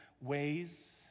ways